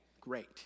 great